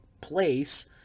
place